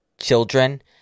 children